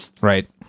Right